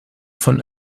von